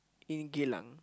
in Geylang